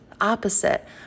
opposite